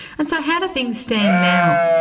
and so how do things stand now?